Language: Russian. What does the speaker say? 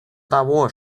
того